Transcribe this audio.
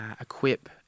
equip